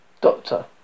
Doctor